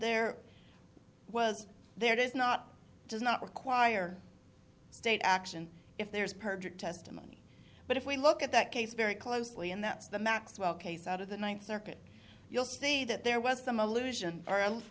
there was there does not does not require state action if there is perjured testimony but if we look at that case very closely and that's the maxwell case out of the ninth circuit you'll see that there was some allusion